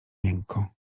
miękko